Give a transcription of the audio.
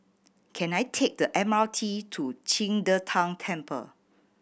can I take the M R T to Qing De Tang Temple